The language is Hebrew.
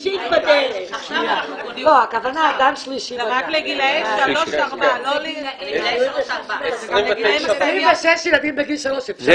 זה רק לגילאי 3-4. 26 ילדים בגיל 3, אפשר?